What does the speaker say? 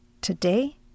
Today